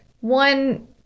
one